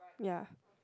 ya